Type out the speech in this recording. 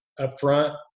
upfront